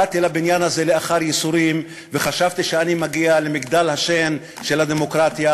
באתי לבניין הזה לאחר ייסורים וחשבתי שאני מגיע למגדל השן של הדמוקרטיה,